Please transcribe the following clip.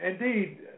indeed